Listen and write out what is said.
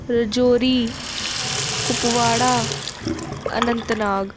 Rajouri Kupwara Anantnag